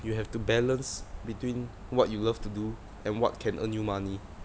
you have to balance between what you love to do and what can earn you money